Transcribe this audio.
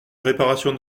réparation